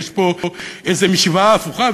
יש פה איזו משוואה הפוכה,